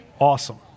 Awesome